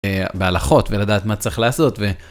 בהלכות ולדעת מה צריך לעשות.